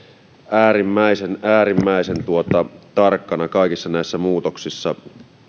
äärimmäisen äärimmäisen tarkkana kaikissa näissä muutoksissa